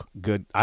good